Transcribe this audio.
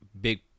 big